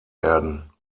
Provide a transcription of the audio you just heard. werden